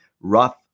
rough